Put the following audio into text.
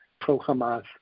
pro-Hamas